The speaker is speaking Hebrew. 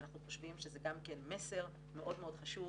ואנחנו חושבים שזה כן מסר מאוד מאוד חשוב